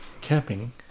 camping